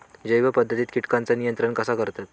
जैव पध्दतीत किटकांचा नियंत्रण कसा करतत?